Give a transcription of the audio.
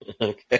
Okay